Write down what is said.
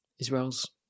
Israel's